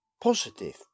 positive